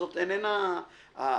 זו איננה הבעיה.